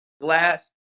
glass